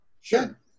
Sure